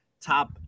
Top